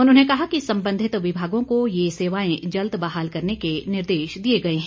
उन्होंने कहा कि संबंधित विभागों को ये सेवाएं जल्द बहाल करने के निर्देश दिए गए हैं